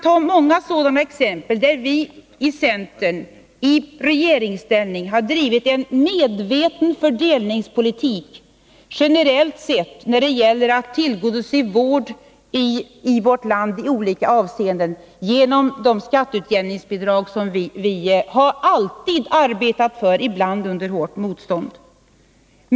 Vi har många sådana exempel på att vi i centern i regeringsställning har drivit en medveten fördelningspolitik generellt sett när det gäller att i olika avseenden tillgodose behovet av vård i vårt land genom skatteutjämningsbidrag. Detta har vi alltid arbetat för, ibland under hårt motstånd.